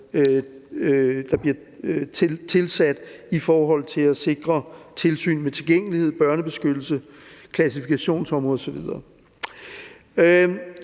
der bliver tilføjet, i forhold til at sikre et tilsyn med tilgængelighed, børnebeskyttelse, klassifikationsområde osv.